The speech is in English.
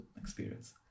experience